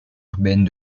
urbaine